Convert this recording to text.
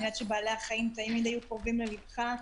אני יודעת שבעלי החיים תמיד היו קרובים ללבך.